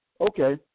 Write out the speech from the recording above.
Okay